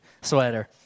sweater